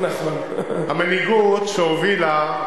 המנהיגות שהובילה,